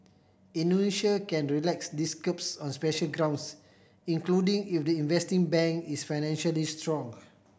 Indonesia can relax these curbs on special grounds including if the investing bank is financially strong